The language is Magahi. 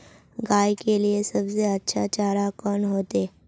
गाय के लिए सबसे अच्छा चारा कौन होते?